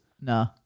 No